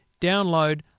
download